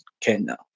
Kenya